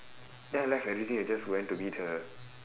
then I left everything and just went to meet her